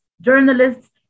journalists